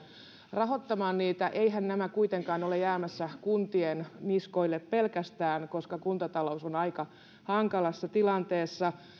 rahoittamaan niitä eiväthän nämä kuitenkaan ole jäämässä kuntien niskoille pelkästään kuntataloushan on aika hankalassa tilanteessa